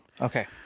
Okay